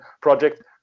project